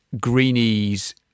Greenies